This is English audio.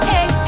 Hey